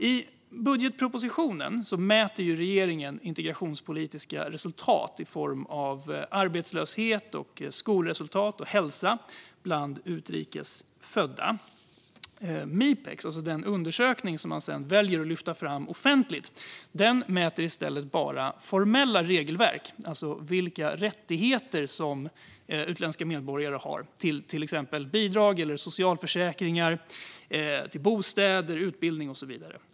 I budgetpropositionen mäter regeringen integrationspolitiska resultat i form av arbetslöshet, skolresultat och hälsa bland utrikes födda. Mipex, alltså den undersökning man sedan väljer att lyfta fram offentligt, mäter i stället bara formella regelverk - vilka rättigheter utländska medborgare har till exempelvis bidrag, socialförsäkringar, bostäder, utbildning och så vidare.